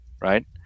right